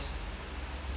go to the main page first